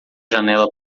janela